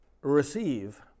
receive